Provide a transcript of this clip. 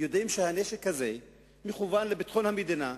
היו יודעים שהנשק הזה מכוון לביטחון המדינה,